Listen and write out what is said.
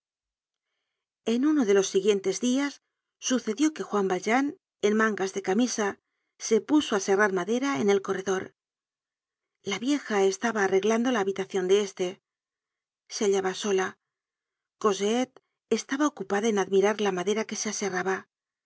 en uno de los dias siguientes sucedió que juan valjean en mangas de camisa se puso á serrar madera en el corredor la vieja estaba arreglando la habitacion de este se hallaba sola cosette estaba ocupada en admirar la madera que se aserraba